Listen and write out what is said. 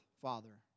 father